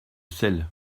sel